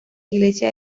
iglesia